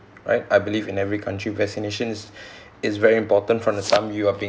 I I believe in every country vaccinations is very important from the time you are being